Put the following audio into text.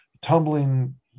tumbling